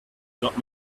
got